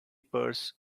purse